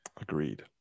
Agreed